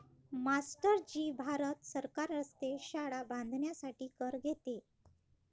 master ji भारत सरकार रस्ते, शाळा बांधण्यासाठी कर घेते